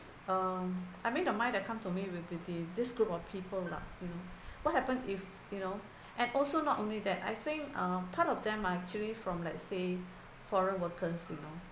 um I made a mind that come to me with the the this group of people lah you know what happen if you know and also not only that I think uh part of them are actually from let's say foreign workers you know